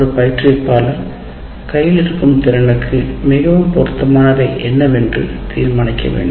ஒரு பயிற்றுவிப்பாளர் கையில் இருக்கும் திறனுக்கு மிகவும் பொருத்தமானவைஎன்னவென்று தீர்மானிக்க வேண்டும்